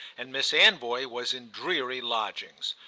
and miss anvoy was in dreary lodgings.